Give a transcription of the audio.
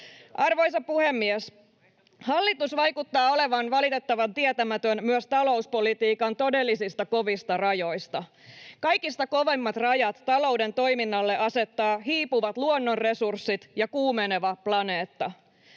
Arvoisa puhemies! Hallitus vaikuttaa olevan tietämätön myös talouspolitiikan todellisista kovista rajoista. Kaikista kovimmat rajat talouden toiminnalle asettavat hiipuvat luonnonresurssit ja kuumeneva planeetta.